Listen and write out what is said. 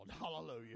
Hallelujah